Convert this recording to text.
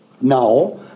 Now